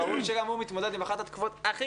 ברור לי שגם הוא מתמודד עם אחת התקופות הכי